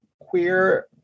queer